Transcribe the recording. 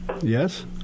Yes